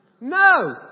No